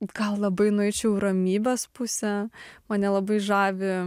gal labai nueičiau į ramybės pusę mane nelabai žavi